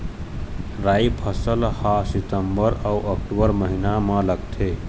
राई फसल हा सितंबर अऊ अक्टूबर महीना मा लगथे